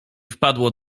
wpadło